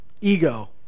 ego